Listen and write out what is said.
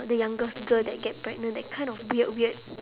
the youngest girl that get pregnant that kind of weird weird